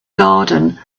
garden